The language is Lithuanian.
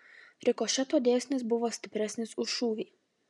rikošeto dėsnis buvo stipresnis už šūvį